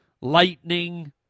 lightning